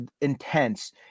intense